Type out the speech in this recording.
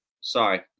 Sorry